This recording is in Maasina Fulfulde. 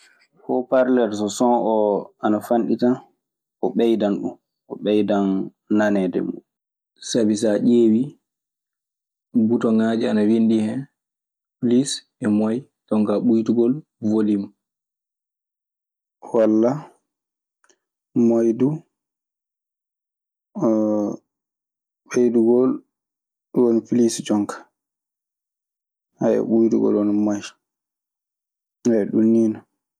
Hoparler so son oo ana fanɗi tan, o ɓeydan ɗum; o ɓeydan naneede mum. Sabi so ƴeewii, butoŋaaji ana winndii hen. Pilis e moyen, jon kaa ɓuytugol wolim. Walla moyen du… Ɓeydugol ɗun woni piliis jonka. Ɓouytugol woni moyen. Ɗun nii non.